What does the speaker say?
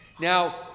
Now